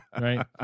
right